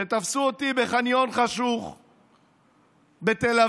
שתפסו אותי בחניון חשוך בתל אביב,